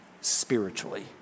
spiritually